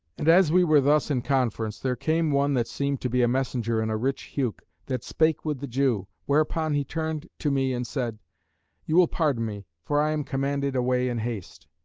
and as we were thus in conference, there came one that seemed to be a messenger, in a rich huke, that spake with the jew whereupon he turned to me and said you will pardon me, for i am commanded away in haste.